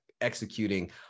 executing